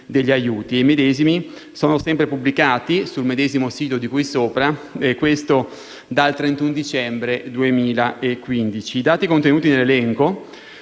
degli aiuti. I medesimi sono sempre pubblicati sul medesimo sito di cui sopra dal 31 dicembre 2015. I dati contenuti in elenco